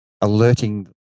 alerting